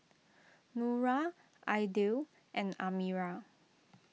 Nura Aidil and Amirah